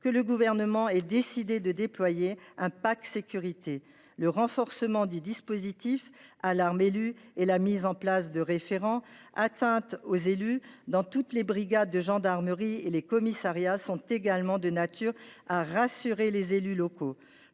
que le Gouvernement ait décidé de déployer un « pack sécurité ». Le renforcement du dispositif « alarme élu » et la mise en place de référents « atteintes aux élus » dans toutes les brigades de gendarmerie et les commissariats sont également de nature à rassurer les élus locaux.